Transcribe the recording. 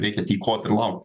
reikia tykot ir laukt